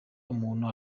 umuntu